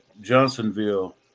Johnsonville